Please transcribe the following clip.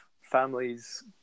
families